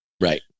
Right